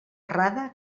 errada